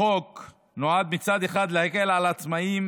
החוק נועד מצד אחד להקל על עצמאים